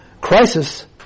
crisis